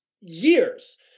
years